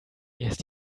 erst